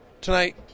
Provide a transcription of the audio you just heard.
tonight